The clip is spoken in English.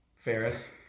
Ferris